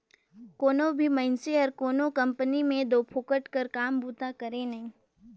कोनो भी मइनसे हर कोनो कंपनी में दो फोकट कर काम बूता करे नई